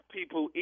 People